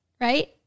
Right